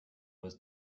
was